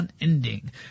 unending